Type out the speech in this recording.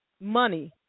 Money